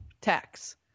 tax